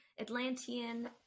Atlantean